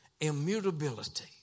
Immutability